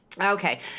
Okay